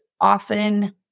often